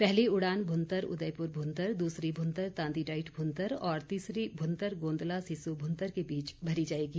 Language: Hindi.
पहली उड़ान भूंतर उदयपुर भूंतर दूसरी भूंतर तांदी डाईट भूंतर और तीसरी भुंतर गोंदला सिसु भुंतर के बीच भरी जाएगी